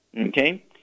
Okay